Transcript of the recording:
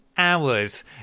hours